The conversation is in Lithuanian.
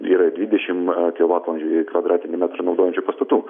yra ir dvidešim kilovatvalandžių į kvadratinį metrą naudojančių pastatų